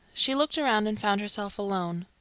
she looked around, and found herself alone.